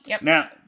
Now